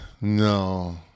no